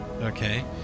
okay